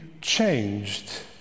changed